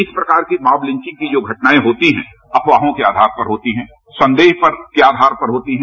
इस प्रकार की मॉब लिचिंग की जो घटनाएं होती है अफवाहों के आधार पर होती है संदेहापद के आधार पर होती है